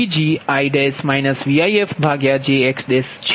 તેથી IfgiVgi VifjxgijxTi છે